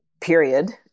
period